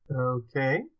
Okay